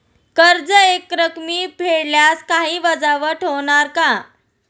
कर्ज एकरकमी फेडल्यास काही वजावट होणार का?